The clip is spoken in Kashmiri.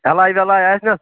اَٮ۪لاے وٮ۪لاے آسٮ۪س